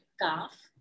calf